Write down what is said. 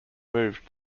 moved